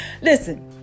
Listen